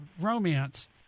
romance